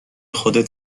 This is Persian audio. خودت